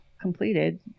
completed